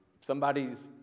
somebody's